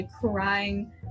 crying